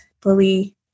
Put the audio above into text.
fully